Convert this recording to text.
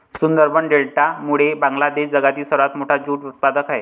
सुंदरबन डेल्टामुळे बांगलादेश जगातील सर्वात मोठा ज्यूट उत्पादक आहे